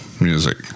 music